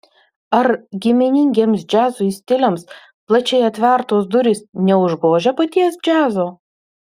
ar giminingiems džiazui stiliams plačiai atvertos durys neužgožia paties džiazo